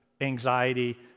anxiety